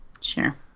sure